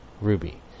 Ruby